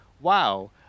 wow